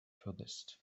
furthest